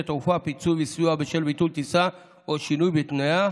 תעופה (פיצוי וסיוע בשל ביטול טיסה או שינוי בתנאיה),